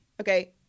Okay